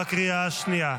בקריאה השנייה.